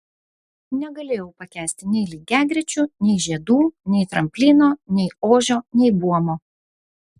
negalėjau pakęsti nei lygiagrečių nei žiedų nei tramplino nei ožio nei buomo